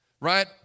Right